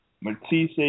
Matisse